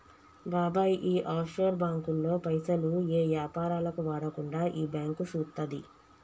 బాబాయ్ ఈ ఆఫ్షోర్ బాంకుల్లో పైసలు ఏ యాపారాలకు వాడకుండా ఈ బాంకు సూత్తది